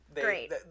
great